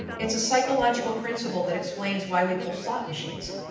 it's a psychological principal that explains why we pull slot machines,